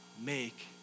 make